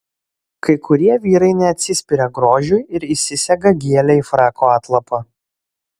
kai kurie vyrai neatsispiria grožiui ir įsisega gėlę į frako atlapą